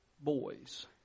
boys